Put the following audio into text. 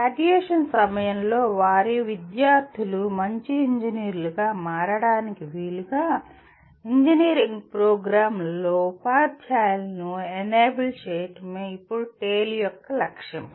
graduation సమయంలో వారి విద్యార్థులు మంచి ఇంజనీర్లుగా మారడానికి వీలుగా ఇంజనీరింగ్ ప్రోగ్రామ్లలో ఉపాధ్యాయులను ఎనేబుల్ చేయడమే ఇప్పుడు టేల్ యొక్క లక్ష్యం